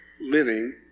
living